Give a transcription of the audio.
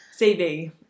CV